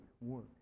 work